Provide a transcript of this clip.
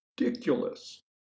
ridiculous